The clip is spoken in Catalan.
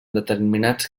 determinats